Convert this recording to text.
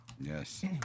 Yes